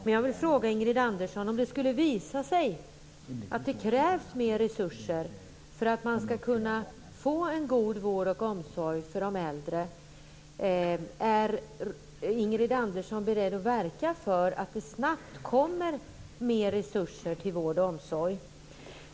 Min första fråga till Ingrid Andersson är: Om det skulle visa sig att det krävs mer resurser för att man skall kunna få en god vård och omsorg för de äldre, är Ingrid Andersson i så fall beredd att verka för att det snabbt kommer mer resurser till detta?